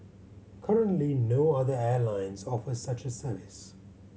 currently no other airlines offer such a service